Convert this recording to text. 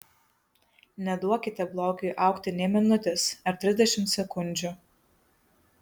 neduokite blogiui augti nė minutės ar trisdešimt sekundžių